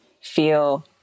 feel